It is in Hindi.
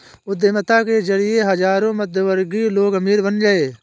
उद्यमिता के जरिए हजारों मध्यमवर्गीय लोग अमीर बन गए